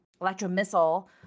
electromissile